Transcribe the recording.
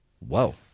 Whoa